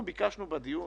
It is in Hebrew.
אנחנו ביקשנו בדיון